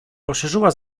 poszerzyła